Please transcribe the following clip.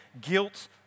guilt